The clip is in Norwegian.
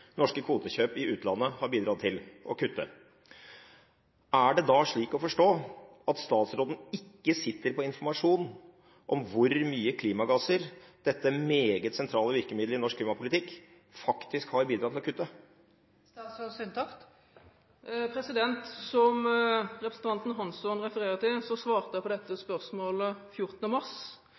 norske kvotekjøp i utlandet har bidratt til å kutte. Er det slik å forstå at statsråden ikke sitter på noen informasjon om hvor mye klimagasser, ett av de mest sentrale virkemidlene i norsk klimapolitikk, har bidratt til å kutte?» Som representanten Hansson refererer til, svarte jeg på dette spørsmålet 14. mars.